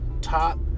top